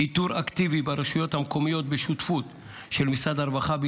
איתור אקטיבי ברשויות המקומיות בשותפות של משרד הרווחה,